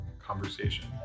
conversation